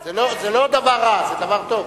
זה לא דבר רע, זה דבר טוב.